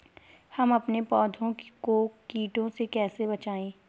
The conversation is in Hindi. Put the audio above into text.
हम अपने पौधों को कीटों से कैसे बचाएं?